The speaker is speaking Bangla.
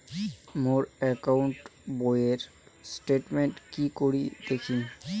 মোর একাউন্ট বইয়ের স্টেটমেন্ট কি করি দেখিম?